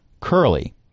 Curly